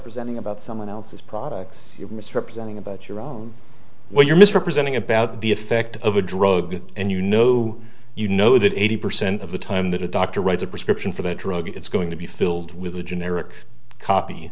representing about someone else's products you are misrepresenting about your own when you're misrepresenting about the effect of a drug and you know you know that eighty percent of the time that a doctor writes a prescription for the drug it's going to be filled with a generic